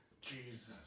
Jesus